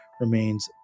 remains